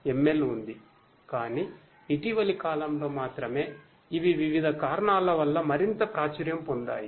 ML ఉంది కానీ ఇటీవలి కాలంలో మాత్రమే ఇవి వివిధ కారణాల వల్ల మరింత ప్రాచుర్యం పొందాయి